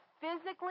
physically